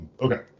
okay